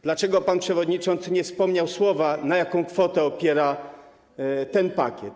Dlaczego pan przewodniczący nie wspomniał słowem, na jaką kwotę opiewa ten pakiet?